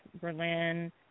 Berlin